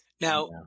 now